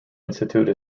institute